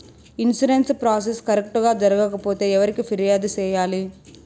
insurance process correct గా జరగకపోతే ఎవరికి ఫిర్యాదు సేయాలి